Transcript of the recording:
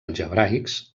algebraics